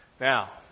Now